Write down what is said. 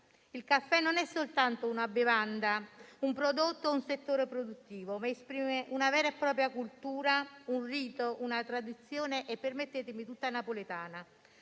Il caffè non è soltanto una bevanda, un prodotto e un settore produttivo, ma esprime una vera e propria cultura, un rito, una tradizione -permettetemi - tutta napoletana.